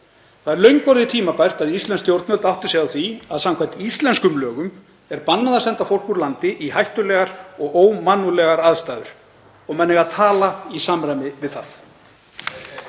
Það er löngu orðið tímabært að íslensk stjórnvöld átti sig á því að samkvæmt íslenskum lögum er bannað að senda fólk úr landi í hættulegar og ómannúðlegar aðstæður. Menn eiga að tala í samræmi við það.